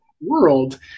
world